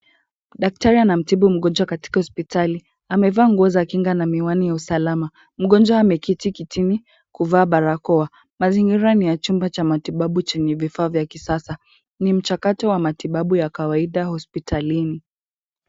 Daktari anamtibu mgonjwa katika hospitali. Amevaa nguo za kinga na miwani ya usalama. Mgonjwa ameketi kitini kuvaa barakoa. Mazingira ni ya chumba cha matibabu chenye vifaa vya kisasa. Ni mchakato wa matibabu ya kawaida hospitalini.